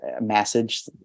message